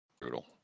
brutal